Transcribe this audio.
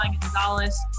Gonzalez